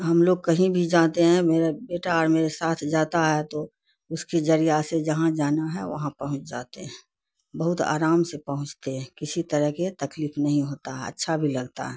ہم لوگ کہیں بھی جاتے ہیں میرا بیٹا اور میرے ساتھ جاتا ہے تو اس کے ذریعہ سے جہاں جانا ہے وہاں پہنچ جاتے ہیں بہت آرام سے پہنچتے ہیں کسی طرح کے تکلیف نہیں ہوتا ہے اچھا بھی لگتا ہے